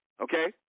okay